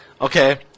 Okay